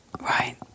Right